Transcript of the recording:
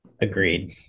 Agreed